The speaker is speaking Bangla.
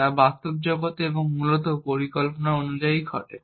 তা বাস্তব জগতে এবং মূলত পরিকল্পনা অনুযায়ীই ঘটে